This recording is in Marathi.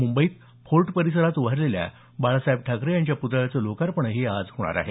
मुंबईत फोर्ट परिसरात उभारलेल्या बाळासाहेब ठाकरे यांच्या पुतळ्याचं लोकार्पणही आज होणार आहे